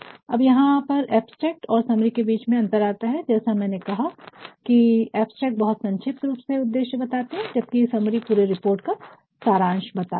अब यहां पर अब्स्ट्रक्ट और समरी के बीच में अंतर आता है जैसा कि मैंने कहा की अब्स्ट्रक्ट बहुत संक्षिप्त रूप से उद्देश्य बताते हैं जबकि समरी पूरे रिपोर्ट का सारांश बताती है